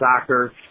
soccer